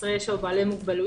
חסרי ישע או בעלי מוגבלויות,